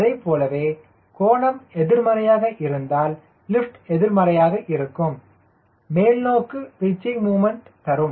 அதைப்போலவே கோணம் எதிர்மறையாக இருந்தால் லிப்ட் எதிர்மறையாக இருக்கும் மேல் நோக்கு பிச்சிங் முமண்ட் தரும்